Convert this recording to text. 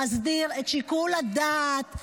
מסביר את שיקול הדעת,